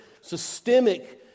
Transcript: systemic